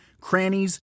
crannies